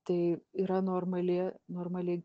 tai yra normali normali